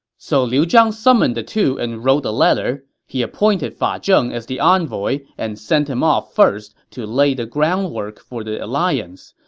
so liu zhang summoned the two and wrote a letter. he appointed fa ah zheng as the envoy and sent him off first to lay the groundwork for the alliance.